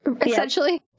essentially